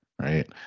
right